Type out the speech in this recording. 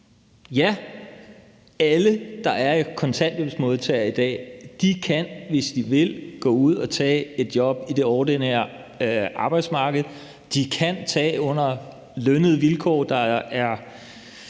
at alle, der i dag er kontanthjælpsmodtagere, kan, hvis de vil, gå ud og tage et job på det ordinære arbejdsmarked. De kan tage det under lønnede vilkår under